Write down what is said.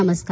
नमस्कार